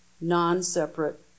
non-separate